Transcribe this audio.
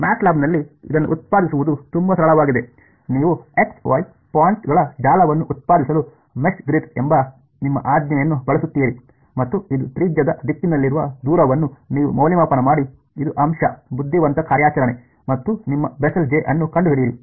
ಮ್ಯಾಟ್ಲ್ಯಾಬ್ನಲ್ಲಿ ಇದನ್ನು ಉತ್ಪಾದಿಸುವುದು ತುಂಬಾ ಸರಳವಾಗಿದೆ ನೀವು ಎಕ್ಸ್ ವೈ ಪಾಯಿಂಟ್ಗಳ ಜಾಲವನ್ನು ಉತ್ಪಾದಿಸಲು ಮೆಶ್ಗ್ರಿಡ್ ಎಂಬ ನಿಮ್ಮ ಆಜ್ಞೆಯನ್ನು ಬಳಸುತ್ತೀರಿ ಮತ್ತು ಇದು ತ್ರಿಜ್ಯದ ದಿಕ್ಕಿನಲ್ಲಿರುವ ದೂರವನ್ನು ನೀವು ಮೌಲ್ಯಮಾಪನ ಮಾಡಿ ಇದು ಅಂಶ ಬುದ್ಧಿವಂತ ಕಾರ್ಯಾಚರಣೆ ಮತ್ತು ನಿಮ್ಮ ಬೆಸೆಲ್ ಜೆ ಅನ್ನು ಕಂಡುಹಿಡಿಯಿರಿ